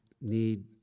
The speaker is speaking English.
need